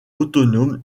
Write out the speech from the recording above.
autonome